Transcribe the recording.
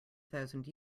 thousand